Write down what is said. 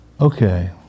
Okay